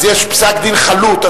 אז יש פסק-דין חלוט,